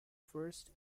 first